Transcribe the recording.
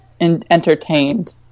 entertained